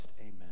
Amen